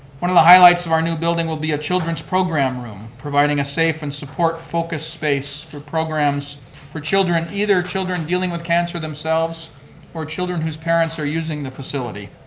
one of the highlights of our new building will be a children's program room, providing a safe and support-focused space for programs for children, either children dealing with cancer themselves or children whose parents are using the facility.